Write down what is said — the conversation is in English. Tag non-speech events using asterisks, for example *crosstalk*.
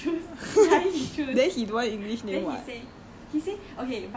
I that's why I say girl I choose *laughs* guy he choose